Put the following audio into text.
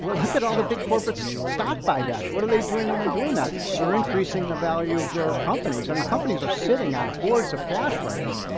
look at all the big corporates, stock buy batch. what are they doing when they're doing that? they're increasing the value of their companies. i mean companies are sitting on a hordes of cash right now.